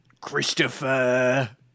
Christopher